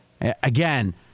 Again